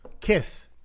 Kiss